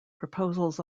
proposals